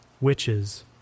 witches